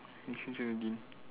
sixteen seventeen